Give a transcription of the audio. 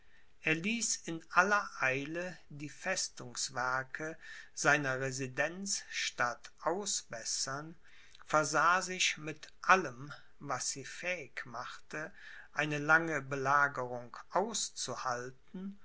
er ließ in aller eile die festungswerke seiner residenzstadt ausbessern versah sie mit allem was sie fähig machte eine lange belagerung auszuhalten